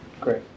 Great